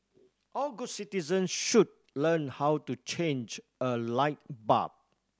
all good citizens should learn how to change a light bulb